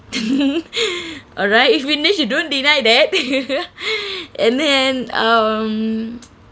alright eh vinesh you don't deny that and then um